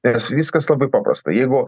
nes viskas labai paprasta jeigu